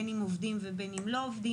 בין אם עובדים ובין אם לא עובדים.